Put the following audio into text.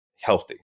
healthy